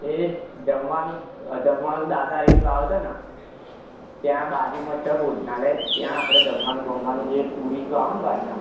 એક જમવાનું જમવાનું દાદાહારીની વાવ છે ને ત્યાં બાજુમાં જ છે ભોજનાલય ત્યાં આપણે જમવાનું બમવાનું જે ટૂરિસ્ટો આવેને બહારના